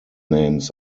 names